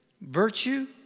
virtue